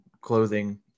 clothing